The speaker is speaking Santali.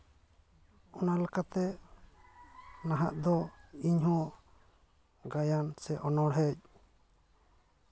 ᱚᱱᱟ ᱞᱮᱠᱟᱛᱮ ᱱᱟᱦᱟᱜ ᱫᱚ ᱤᱧᱦᱚᱸ ᱜᱟᱭᱟᱱ ᱥᱮ ᱚᱱᱚᱲᱦᱮᱸᱜ